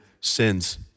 sins